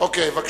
אין